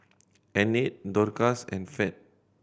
Enid Dorcas and Fed